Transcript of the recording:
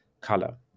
color